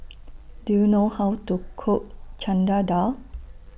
Do YOU know How to Cook Dal